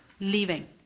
Leaving